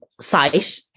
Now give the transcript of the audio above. site